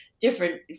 different